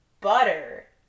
butter